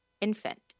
infant